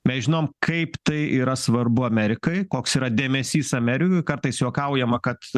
mes žinom kaip tai yra svarbu amerikai koks yra dėmesys ameri kartais juokaujama kad